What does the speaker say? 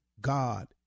God